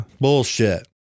Bullshit